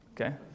Okay